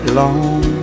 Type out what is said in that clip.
long